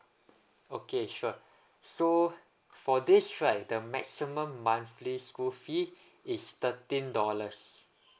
okay sure so for this right the maximum monthly school fee is thirteen dollars